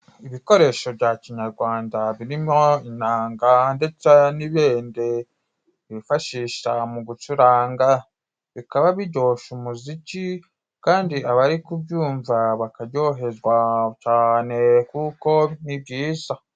Ibikoresho bya kinyagwanda birimo inanga ndetse n'ibindi bifashisha mu gucuranga. Bikaba bijyosha umuziki, kandi abari kubyumva bakajyoherwa cyane kuko ni byiza.